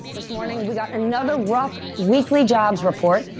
this morning, we got another rough weekly jobs report.